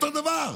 אותו דבר,